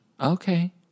Okay